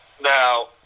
Now